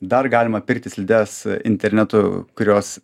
dar galima pirkti slides internetu kurios